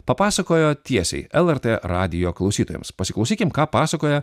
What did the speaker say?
papasakojo tiesiai lrt radijo klausytojams pasiklausykim ką pasakoja